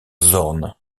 zorn